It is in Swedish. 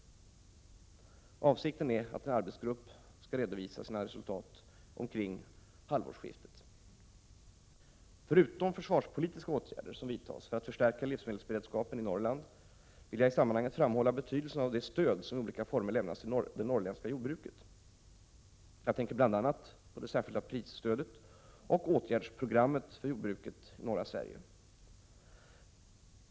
Avsikten är att en arbetsgrupp skall redovisa sina resultat omkring halvårsskiftet. Förutom försvarspolitiska åtgärder som vidtas för att förstärka livsmedelsberedskapen i Norrland vill jag i sammanhanget framhålla betydelsen av det stöd som i olika former lämnas till det norrländska jordbruket. Jag tänker här bl.a. på det särskilda prisstödet och åtgärdsprogrammet för jordbruket i norra Sverige.